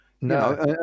No